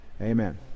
amen